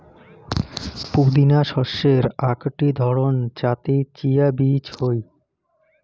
পুদিনা শস্যের আকটি ধরণ যাতে চিয়া বীজ হই